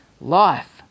life